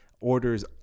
orders